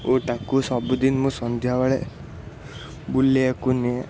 ଓ ତାକୁ ସବୁଦିନ ମୁଁ ସନ୍ଧ୍ୟାବେଳେ ବୁଲେଇବାକୁ ନିଏ